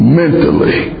mentally